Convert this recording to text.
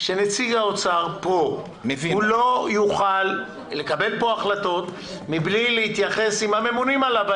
שנציג האוצר פה לא יוכל לקבל פה החלטות מבלי להתייעץ עם הממונים עליו.